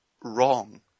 wrong